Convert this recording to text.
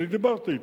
אני דיברתי אתם,